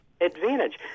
advantage